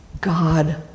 God